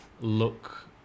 Look